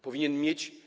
Powinien mieć.